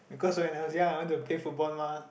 because when I was young I want to play football mah